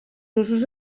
usos